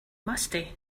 musty